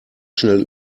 schnell